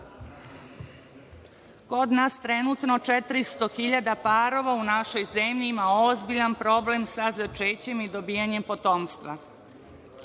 nas trenutno 400.000 parova, u našoj zemlji, ima ozbiljan problem sa začećem i dobijanjem potomstva.